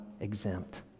exempt